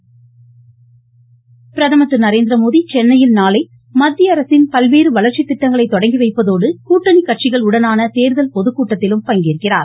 த்த்த்த்த பிரதமர் பிரதமர் திரு நரேந்திரமோடி சென்னையில் நாளை மத்திய அரசின் பல்வேறு வளர்ச்சி திட்டங்களை தொடங்கி வைப்பதோடு கூட்டணி கட்சிகளுடனான தேர்தல் பொதுக்கூட்டத்திலும் பங்கேற்கிறார்